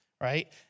right